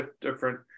different